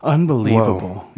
Unbelievable